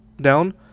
down